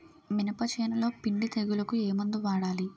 మినప చేనులో పిండి తెగులుకు ఏమందు వాడాలి?